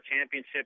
championship